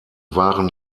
waren